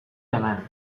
hemen